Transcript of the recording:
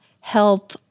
help